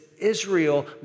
Israel